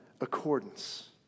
accordance